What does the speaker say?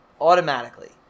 Automatically